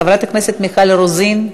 חברת הכנסת מיכל רוזין.